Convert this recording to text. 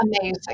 amazing